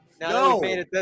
No